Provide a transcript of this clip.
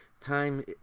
time